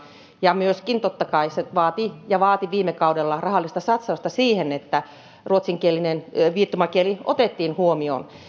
ja myöskin totta kai se vaatii rahaa ja vaati viime kaudella rahallista satsausta siihen että ruotsinkielinen viittomakieli otettiin huomioon